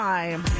Time